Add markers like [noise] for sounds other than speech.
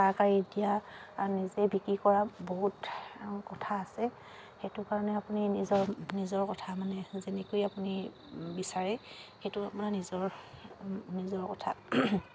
[unintelligible] দিয়া নিজে বিক্ৰী কৰা বহুত কথা আছে সেইটো কাৰণে আপুনি নিজৰ নিজৰ কথা মানে যেনেকৈ আপুনি বিচাৰে সেইটো আপোনাৰ নিজৰ নিজৰ কথা